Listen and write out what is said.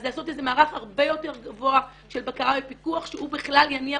אז לעשות איזה מערך הרבה יותר גבוה של בקרה ופיקוח שהוא בכלל יניע